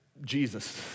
Jesus